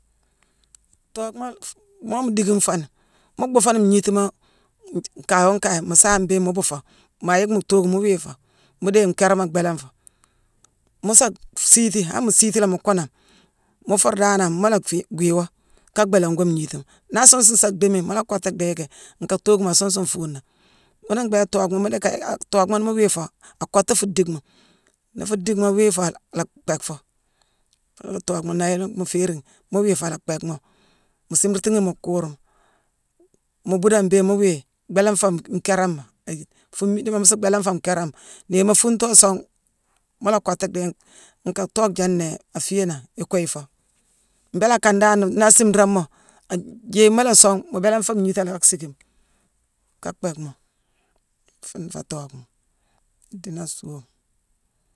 Tookhma-fu-moo mu dickine fooni, mu bhuu fooni ngniitima nkayo nkaye mu saame mbéé mu bhuu foo. Maa yick mu thookuma, mu wii foo, mu déye nkéérama bhéélangh foo. Mu sa siiti, han mu siiti léé, mu kooname mu fuur danane mu la fii-gwii woo ka bhéélangh goo gniitima. Naa asuun sune sa dhéémi, mu la kottu dhii yicki nka thookuma asuun sune fuune nangh. Ghuuna mbhééké thookhma mu dii ka- a- thookhma nii mu wii foo akottu fuu dickma. Nii fuu dickma wii foo ala-ala bhéck foo. Ghune thookhma-naayilema mu féérighi, mu wii foo, ala bhéck moo. Mu siimrati ghi mu kuurma, mu buudame mbéé, mu wii, bhéélangh foo nkéérama ayiide, fuu mmiidima mu suu bhéélangh foo nkéérama, niirma fuuntoo song mu la kottu dhii nka thookhma jéé nnéé afiiyé nangh, ikuuyi foo. Mbéélé akan danane naa asiimra moo, a jééye moo la song mu béélang foo ngniiiti, ala siickime ka bhéckmoo. Fuune féé tookhma, idiini a suuama.